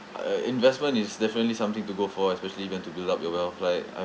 uh investment is definitely something to go for especially if you want to build up your wealth like